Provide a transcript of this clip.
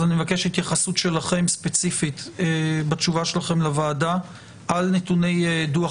אבקש התייחסות שלכם ספציפית בתשובתכם לוועדה על נתוני דוח